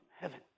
heaven